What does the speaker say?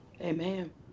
amen